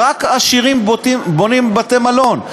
רק עשירים בונים בתי-מלון.